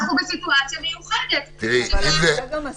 אנחנו בסיטואציה מיוחדת שבה כוח האדם שלנו מוגבל.